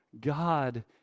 God